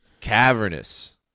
Cavernous